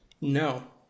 No